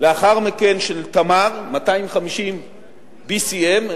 לאחר מכן של "תמר" BCM 250,